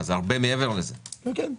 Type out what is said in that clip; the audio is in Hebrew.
לכן,